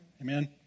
Amen